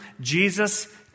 Jesus